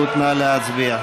הכנסת סופה לנדבר,